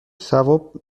ثواب